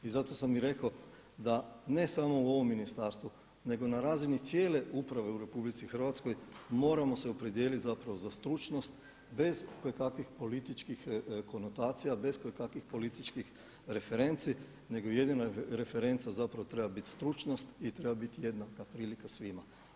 I zato sam i rekao da ne samo u ovom ministarstvu, nego na razini cijele uprave u RH moramo se opredijeliti zapravo za stručnost bez kojekakvih političkih konotacija, bez kojekakvih političkih referenci nego jedina referenca zapravo treba biti stručnost i treba biti jednaka prilika svima.